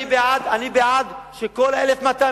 אני בעד שכל ה-1,200,